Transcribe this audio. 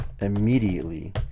immediately